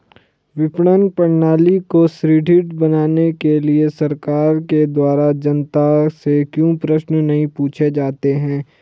विपणन प्रणाली को सुदृढ़ बनाने के लिए सरकार के द्वारा जनता से क्यों प्रश्न नहीं पूछे जाते हैं?